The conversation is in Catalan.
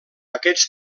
aquest